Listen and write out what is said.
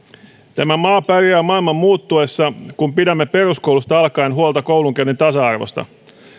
tämä maa pärjää maailman muuttuessa kun pidämme peruskoulusta alkaen huolta koulunkäynnin tasa arvosta